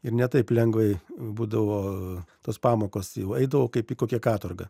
ir ne taip lengvai būdavo tos pamokos jau eidavau kaip į kokią katorgą